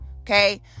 Okay